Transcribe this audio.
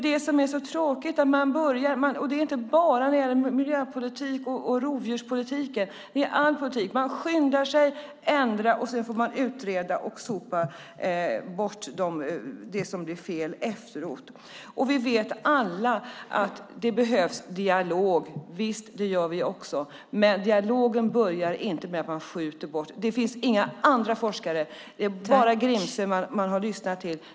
Det som är så tråkigt, inte bara när det gäller miljöpolitik och rovdjurspolitik, är följande: Man skyndar sig att ändra, och sedan får man utreda och sopa bort det som blir fel efteråt. Vi vet alla att det behövs dialog - visst, det vet vi också. Men dialogen börjar inte med att man skjuter bort vargen. Detta stöds inte av några andra forskare. Det är bara Grimsö man har lyssnat till.